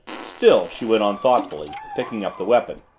still, she went on thoughtfully, picking up the weapon,